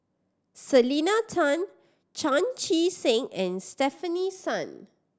Selena Tan Chan Chee Seng and Stefanie Sun